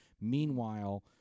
Meanwhile